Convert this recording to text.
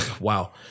wow